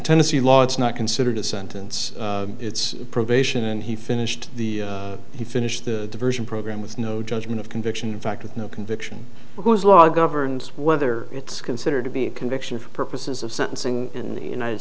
tennessee law it's not considered a sentence it's a probation and he finished the he finished the diversion program with no judgment of conviction in fact with no conviction because law governs whether it's considered to be a conviction for purposes of sentencing in the united